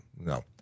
No